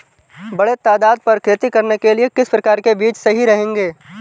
बड़े तादाद पर खेती करने के लिए किस प्रकार के बीज सही रहेंगे?